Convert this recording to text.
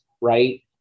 right